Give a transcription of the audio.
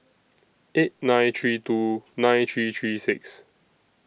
eight nine three two nine three three six